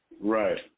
Right